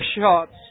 shots